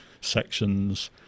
sections